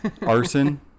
Arson